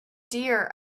dear